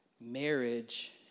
Marriage